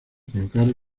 colocaron